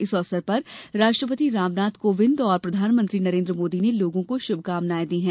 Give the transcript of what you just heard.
इस अवसर पर राष्ट्रपति रामनाथ कोविंद और प्रधानमंत्री नरेन्द्र मोदी ने लोगों को शुभकामनाएं दी है